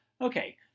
Okay